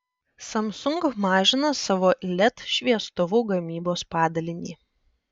samsung mažina savo led šviestuvų gamybos padalinį